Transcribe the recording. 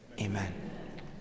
Amen